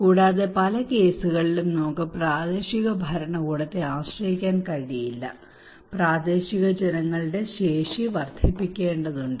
കൂടാതെ പല കേസുകളിലും നമുക്ക് പ്രാദേശിക ഭരണകൂടത്തെ ആശ്രയിക്കാൻ കഴിയില്ല പ്രാദേശിക ജനങ്ങളുടെ ശേഷി വർദ്ധിപ്പിക്കേണ്ടതുണ്ട്